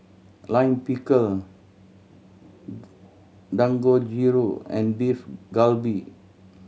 Lime Pickle Dangojiru and Beef Galbi